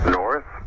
north